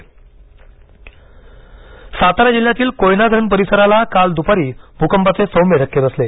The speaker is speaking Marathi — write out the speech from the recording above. भकंप सातारा जिल्ह्यातील कोयना धरण परिसराला काल द्पारी भ्कंपाचे सौम्य धक्के बसले